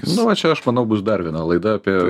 nu va čia aš manau bus dar viena laida apie